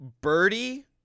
Birdie